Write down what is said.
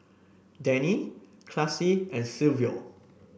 Dennie Classie and Silvio